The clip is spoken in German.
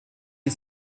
die